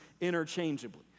interchangeably